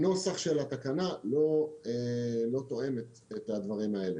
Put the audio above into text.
הנוסח של התקנה לא תואם את הדברים האלה.